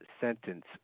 sentence